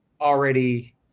already